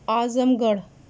اعظم گڑھ